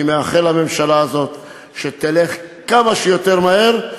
אני מאחל לממשלה הזאת שתלך כמה שיותר מהר,